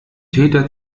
täter